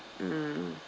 mm